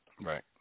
Right